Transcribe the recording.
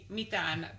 mitään